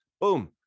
Boom